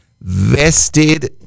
vested